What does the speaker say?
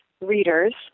readers